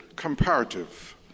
comparative